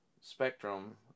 spectrum